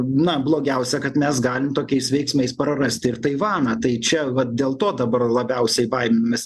na blogiausia kad mes galim tokiais veiksmais prarasti ir taivaną tai čia va dėl to dabar labiausiai baiminamės